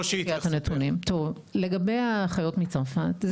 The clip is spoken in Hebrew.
לגבי האחיות מצרפת,